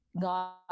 God